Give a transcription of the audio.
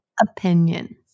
Opinion